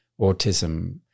autism